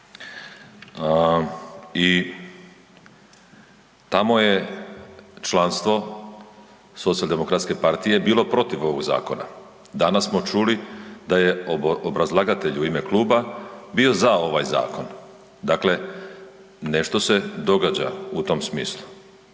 i tamo je članstvo SDP-a bilo protiv ovog zakona, danas smo čuli da je obrazlagatelj u ime kluba bio za ovaj zakon. Dakle, nešto se događa u tom smislu.